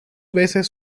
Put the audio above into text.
veces